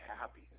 happy